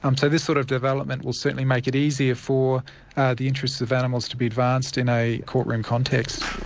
um so this sort of development will certainly make it easier for the interests of animals to be advanced in a court room context.